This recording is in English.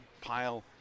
pile